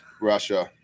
Russia